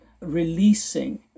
releasing